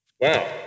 Wow